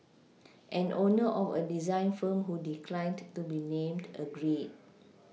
an owner of a design firm who declined to be named agreed